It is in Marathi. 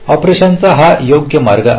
ऑपरेशनचा हा योग्य देखावा आहे